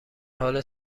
حال